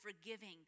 forgiving